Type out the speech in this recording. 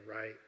right